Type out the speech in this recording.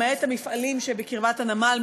למעט המפעלים שבקרבת הנמל,